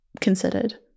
considered